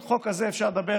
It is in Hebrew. על החוק הזה אפשר לדבר